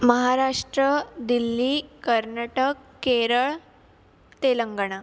Maharashtra Delhi Karnataka Kerala Telangana